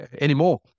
anymore